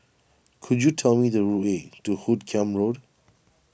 could you tell me the way to Hoot Kiam Road